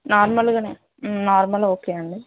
నార్మల్గానే normal okay అండి